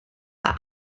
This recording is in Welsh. dda